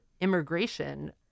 immigration